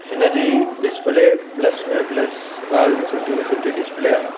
हिन जी display plus में प्लस ॻाल्हि सुठी में सुठी डिसप्ले आहे